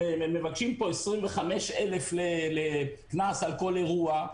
שמבקשים פה 25,000 מס על כל אירוע,